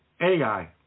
AI